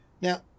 Now